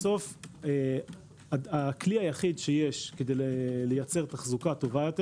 בסוף הכלי היחיד שיש כדי לייצר תחזוקה טובה יותר